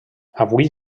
avui